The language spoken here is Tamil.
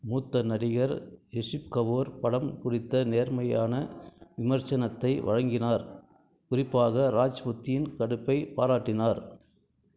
மூத்த நடிகர் ரிஷி கபூர் படம் குறித்த நேர்மையான விமர்சனத்தை வழங்கினார் குறிப்பாக ராஜ்புத்தின் நடிப்பைப் பாராட்டினார்